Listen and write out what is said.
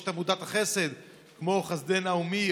יש את עמותות החסד כמו חסדי נעמי,